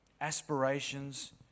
aspirations